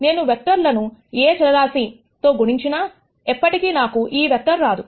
నేను ఈ వెక్టర్ ను ఏ చలరాశి తో గుణించినా ఎప్పటికీ నాకు ఈ వెక్టర్ రాదు